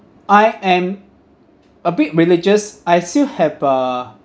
I am a bit religious I still have uh